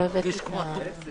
אני פותח את ישיבת הוועדה.